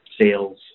sales